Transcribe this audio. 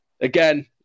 Again